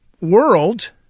world